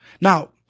Now